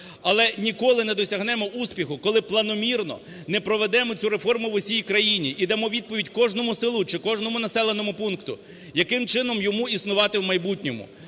але ніколи не досягнемо успіху, коли планомірно не проведемо цю реформу в усій країні і дамо відповідь кожному селу чи кожному населеному пункту, яким чином йому існувати в майбутньому,